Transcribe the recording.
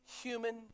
human